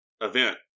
event